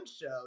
show